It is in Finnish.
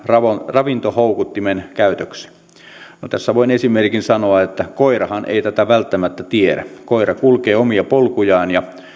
ravintohoukuttimen käytöksi tästä voin esimerkin sanoa että koirahan ei tätä välttämättä tiedä koira kulkee omia polkujaan ja